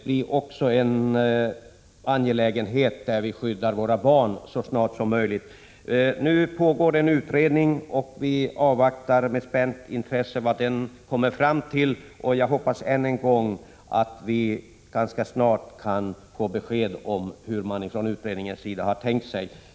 Det gäller ju här att så snart som möjligt få en ordning där vi skyddar våra barn. En utredning pågår, och vi avvaktar nu med spänt intresse vad den skall komma fram till. Jag hoppas att vi ganska snart skall kunna få besked om hur utredningen ser på den här frågan.